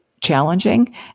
challenging